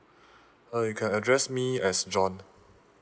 uh you can address me as john